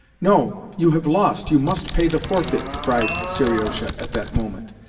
no, you have lost! you must pay the forfeit! cried seriosha at that moment,